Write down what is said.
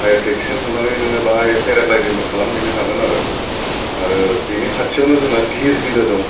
हायेर टेक्सिजों थांनानै नोङो बाहाय पेराल्गाइडिंबो खालामहैनो हागोन आरो आरो बिनि खाथिआवनो जोंना दिहिरबिल बिलो दं